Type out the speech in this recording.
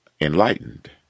enlightened